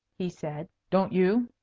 he said don't you?